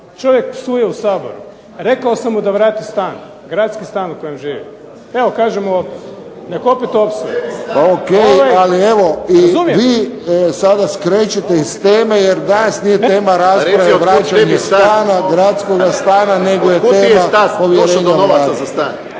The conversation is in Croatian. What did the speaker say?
Čovjek psuje u Saboru. Rekao sam mu da vrati stan, gradski stan u kojem živi. Evo, kažem mu opet. Nek opet opsuje. **Friščić, Josip (HSS)** Pa ok, ali evo i vi sada skrećete s teme jer danas nije tema rasprave vraćanje stana, gradskoga stana, nego je tema povjerenje